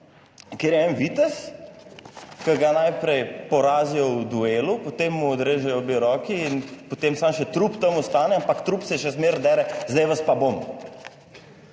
kjer je en vitez, ki ga najprej porazijo v duelu, potem mu odrežejo obe roki in potem samo še trup tam ostane, ampak trup se še zmeraj dere. Zdaj vas pa bom,